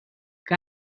que